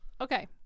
Okay